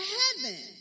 heaven